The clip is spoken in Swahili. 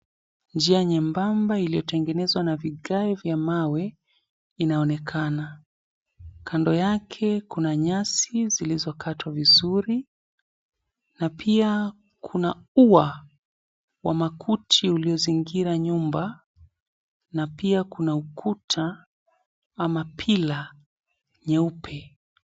Njia nyembamba iliyotengenezwa na vigae vya mawe inaonekana kando yake kuna nyasi zilizokatwa vizuri na ia kuna ua wa makuti uliozingira nyumba na ia kuna ukuta ama pila nyeupe.